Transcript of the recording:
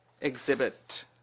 exhibit